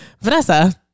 Vanessa